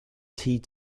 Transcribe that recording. tea